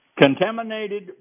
Contaminated